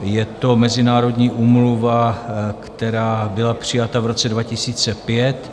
Je to mezinárodní úmluva, která byla přijata v roce 2005.